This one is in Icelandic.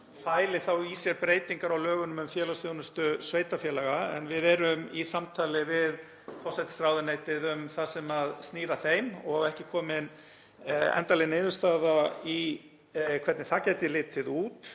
fæli þá í sér breytingar á lögum um félagsþjónustu sveitarfélaga. Við erum í samtali við forsætisráðuneytið um það sem snýr að því og ekki er komin endanleg niðurstaða í hvernig það gæti litið út.